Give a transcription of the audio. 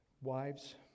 Wives